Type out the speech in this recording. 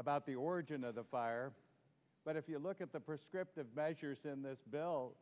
about the origin of the fire but if you look at the prescriptive measures in this bill